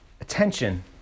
attention